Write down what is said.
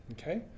Okay